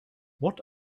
what